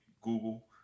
google